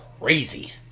crazy